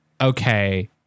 okay